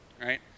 right